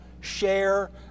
share